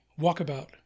Walkabout